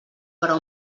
però